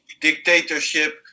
dictatorship